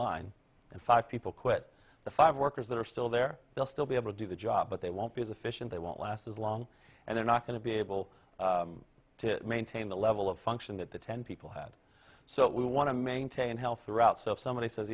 line and five people quit the five workers that are still there they'll still be able to do the job but they won't be as efficient they won't last as long and they're not going to be able to maintain the level of function that the ten people had so we want to maintain healthy throughout so if somebody says